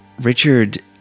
Richard